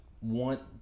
want